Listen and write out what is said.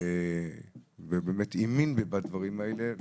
ובאמת האמין בדברים האלה.